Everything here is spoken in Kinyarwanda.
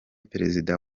perezida